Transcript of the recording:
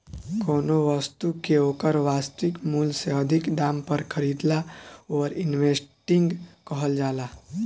कौनो बस्तु के ओकर वास्तविक मूल से अधिक दाम पर खरीदला ओवर इन्वेस्टिंग कहल जाला